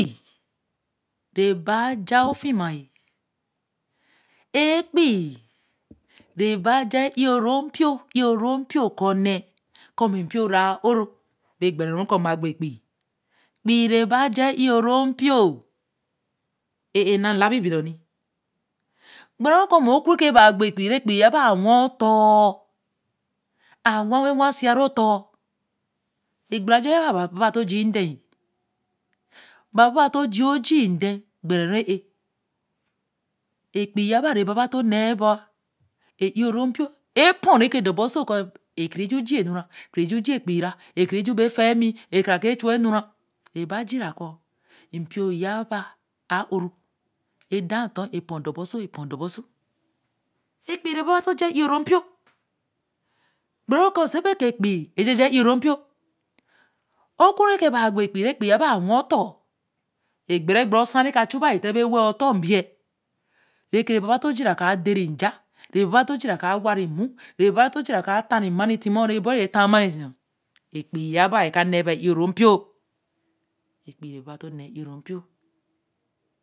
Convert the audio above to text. Peii re ba cha ofima, epeii ra ba cha eoro npio ē ōro npio okae nee koo bi npio re oor, ear na labi bo tor gbere ru koo o ku ba gbo epeii re epen ya ba, a wa oton, a wa wen wa se ru oton egbere ajo ya ba ra baba too jie m lhan, ba baba tojie ojie n den gber er epen yaba ra baba too nee ba e oro npio, epo re ke dor ba oso ekoo re ki chu ji nura, ki re chujie epen ra, eka ra ke chu we-l, nura, e-ba jira koo mpio ya ba a oro podo ba oso podo ba oso, epeii ra baba too cha e oro npio gbere ru se be epeii echa-cha e oro npei oku ba gbo epeii, re epeii ye ba won oton, egbere gbere osa reka chu ba tite bo we-l o don mbei, re k ere baba too jira koo a de re nja re baba too jira koo a wa re mo, re baba too jira koo atare ma-ni tima o re ke bo re ta-n mani tima epeii ya ba eka na ba eoro npei epeii re baba too nee eoro npio.